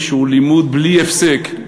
שהוא לימוד בלי הפסק,